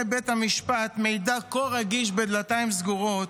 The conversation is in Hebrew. בית המשפט מידע כה רגיש בדלתיים סגורות,